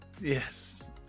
yes